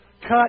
cut